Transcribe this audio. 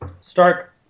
Stark